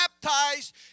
baptized